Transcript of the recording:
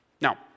Now